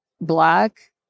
Black